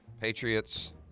Patriots